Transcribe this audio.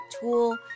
tool